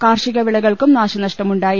കാർഷിക വിളകൾക്കും നാശനഷ്ടമുണ്ടായി